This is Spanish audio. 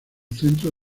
centro